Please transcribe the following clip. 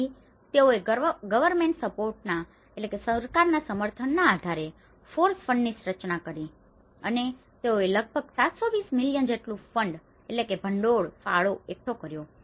આથી તેઓએ ગવર્નમેન્ટ સપોર્ટના government support સરકારનું સમર્થન આધારે FOREC ફંડની રચના કરી અને તેઓએ લગભગ ૭૨૦ મિલિયન જેટલું ફંડ fund ભંડોળફાળો એકઠું કર્યું